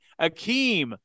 Akeem